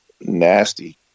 nasty